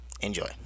Enjoy